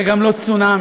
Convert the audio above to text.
זה גם לא צונאמי.